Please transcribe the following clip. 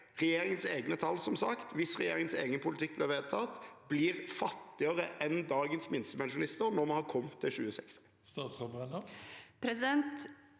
regjeringens egne tall – hvis regjeringens egen politikk blir vedtatt – blir fattigere enn dagens minstepensjonister når vi har kommet til 2060? Statsråd Tonje